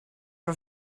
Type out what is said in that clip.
for